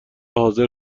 حاضر